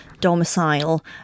domicile